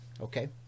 Okay